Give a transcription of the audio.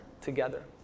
together